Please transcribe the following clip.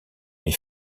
est